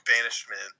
banishment